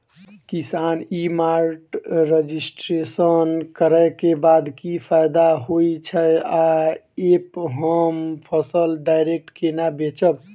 किसान e mart registration करै केँ बाद की फायदा होइ छै आ ऐप हम फसल डायरेक्ट केना बेचब?